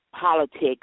politics